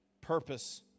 purpose